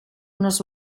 unos